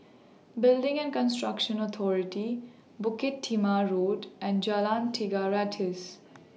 Building and Construction Authority Bukit Timah Road and Jalan Tiga Ratus